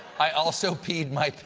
i also peed my